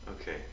Okay